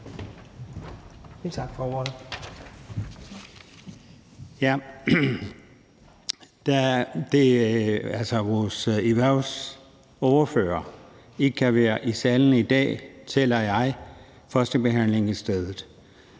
vores erhvervsordfører ikke kan være i salen i dag, taler jeg her ved førstebehandlingen i stedet.